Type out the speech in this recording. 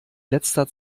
letzter